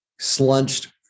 slunched